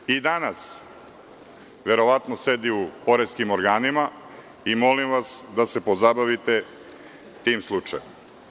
Taj neko i danas verovatno sedi u poreskim organima i molim vas da se pozabavite tim slučajem.